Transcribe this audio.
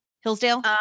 Hillsdale